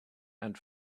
and